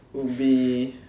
would be